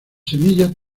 semillas